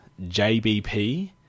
JBP